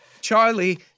Charlie